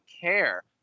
care